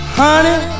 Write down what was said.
honey